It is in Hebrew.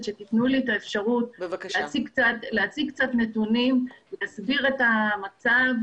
שתיתנו לי את האפשרות להציג קצת נתונים ולהסביר את המצב